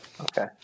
Okay